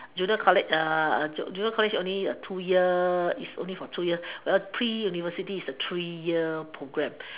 junior college junior college only two year it's only for two years while pre university is a three year program